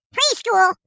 Preschool